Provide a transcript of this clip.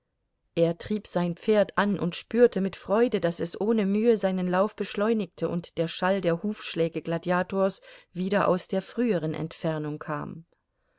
er trieb sein pferd an und spürte mit freude daß es ohne mühe seinen lauf beschleunigte und der schall der hufschläge gladiators wieder aus der früheren entfernung kam